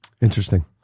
Interesting